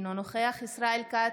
אינו נוכח ישראל כץ,